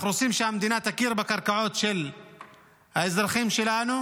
אנחנו רוצים שהמדינה תכיר בקרקעות של האזרחים שלנו,